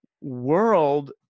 world